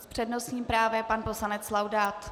S přednostním právem pan poslanec Laudát.